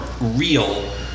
real